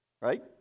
right